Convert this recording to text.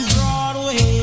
Broadway